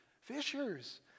fishers